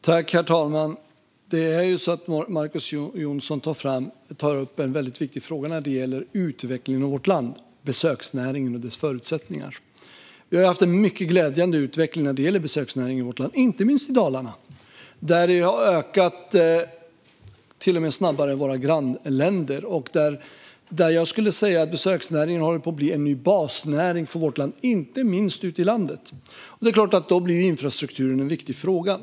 Herr talman! Marcus Jonsson tar upp en viktig fråga när det gäller utvecklingen i vårt land: besöksnäringen och dess förutsättningar. Vi har en mycket glädjande utveckling när det gäller besöksnäringen i vårt land - inte minst i Dalarna, där den till och med ökat snabbare än i våra grannländer. Jag skulle säga att besöksnäringen håller på att bli en ny basnäring för vårt land, inte minst ute i landet, och det är klart att då blir infrastrukturen en viktig fråga.